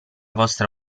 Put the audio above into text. vostra